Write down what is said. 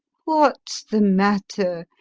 what's the matter,